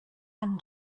and